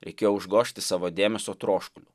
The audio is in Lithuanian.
reikėjo užgožti savo dėmesio troškuliu